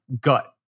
gut